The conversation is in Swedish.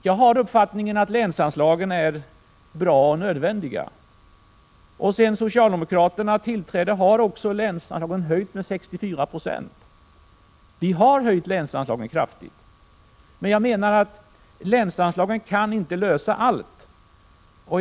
Jag har uppfattningen att länsanslagen är bra och nödvändiga. Sedan 65 socialdemokraterna tillträdde har också länsanslagen höjts med 64 96. Vi har höjt länsanslagen kraftigt, men jag menar att länsanslagen inte kan lösa alla problem.